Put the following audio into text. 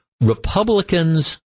Republicans